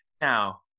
Now